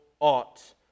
ought